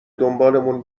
دنبالمون